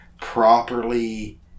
properly